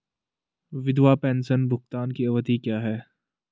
विधवा पेंशन भुगतान की अवधि क्या है?